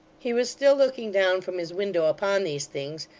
he was still looking down from his window upon these things,